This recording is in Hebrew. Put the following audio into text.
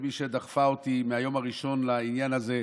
מי שדחפה אותי מהיום הראשון לעניין הזה,